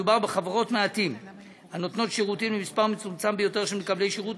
מדובר בחברות מעטים הנותנות שירותים למספר מצומצם ביותר של מקבלי שירות,